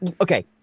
okay